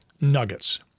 nuggets